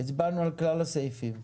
הצבענו על כלל הסעיפים.